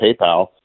PayPal